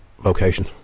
vocation